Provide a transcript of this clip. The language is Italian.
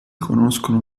conoscono